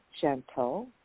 gentle